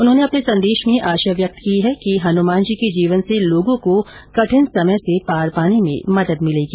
उन्होंने अपने संदेश में आशा व्यक्त की है कि हनुमान जी के जीवन से लोगों को कठिन समय से पार पाने में मदद मिलेगी